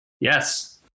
Yes